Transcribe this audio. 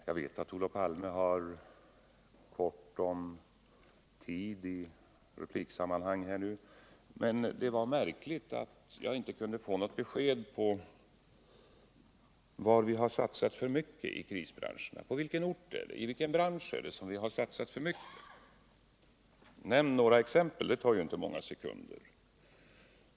Jag vet att Olof Palme har ont om tid i repliksammanhang, men det var märkligt att jag inte kunde få något besked om var vi har satsat fel när det gäller krisföretagen. På vilken ort och i vilka branscher är det som vi har satsat för mycket? Nämn några exempel — det tar ju inte många sekunder!